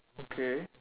okay